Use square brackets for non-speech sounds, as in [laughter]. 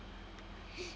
[noise]